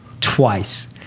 twice